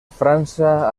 frança